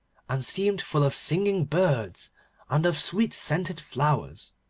and seemed full of singing birds and of sweet-scented flowers,